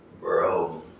Bro